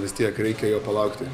vis tiek reikia jo palaukti